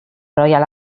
royal